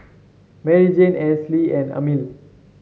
Maryjane Ansley and Amil